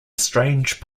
strange